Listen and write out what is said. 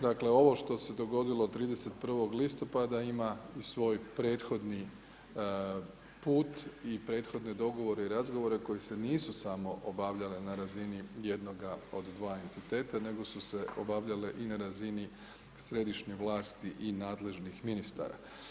Dakle ovo što se dogodilo 31. listopada ima i svoj prethodni put i prethodne dogovore i razgovore koje se nisu samo obavljale na razini jednoga od dva entiteta nego su se obavljale i na razini središnje vlasti i nadležnih ministara.